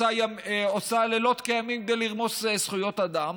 עושה לילות כימים כדי לרמוס זכויות אדם,